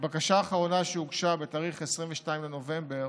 בבקשה האחרונה, שהוגשה בתאריך 22 בנובמבר